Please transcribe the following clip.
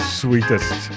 sweetest